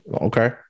okay